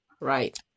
right